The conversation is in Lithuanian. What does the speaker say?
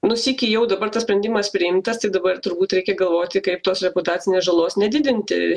nu sykį jau dabar tas sprendimas priimtas tai dabar turbūt reikia galvoti kaip tos reputacinės žalos nedidinti